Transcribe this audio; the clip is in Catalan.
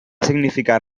significar